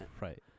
Right